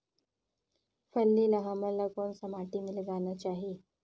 फल्ली ल हमला कौन सा माटी मे लगाना चाही?